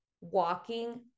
walking